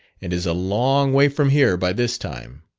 and is a long way from here by this time.